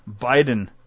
Biden